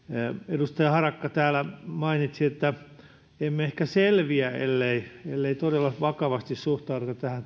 edustaja harakka täällä mainitsi että emme ehkä selviä ellei todella vakavasti suhtauduta tähän